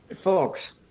folks